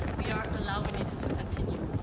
we are allowing it to continue.